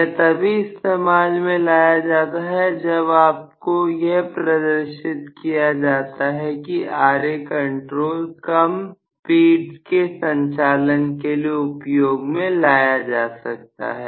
यह तभी इस्तेमाल में लाया जाता है जब आपको यह प्रदर्शित किया जाता है कि Ra कंट्रोल कम भीड़ के संचालन के लिए उपयोग में लाया जा सकता है